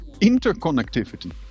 interconnectivity